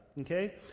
okay